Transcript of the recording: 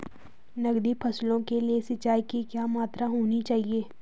नकदी फसलों के लिए सिंचाई की क्या मात्रा होनी चाहिए?